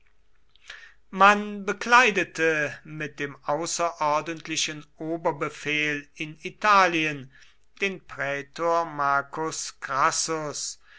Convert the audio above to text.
man bekleidete mit dem außerordentlichen oberbefehl in italien den prätor marcus crassus